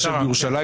אושר פה אחד.